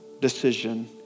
decision